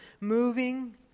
moving